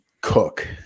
cook